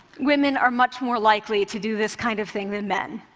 women are much more likely to do this kind of thing than men.